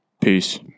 Peace